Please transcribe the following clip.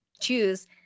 choose